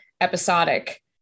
episodic